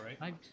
right